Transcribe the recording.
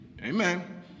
amen